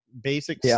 basic